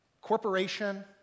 corporation